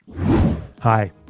Hi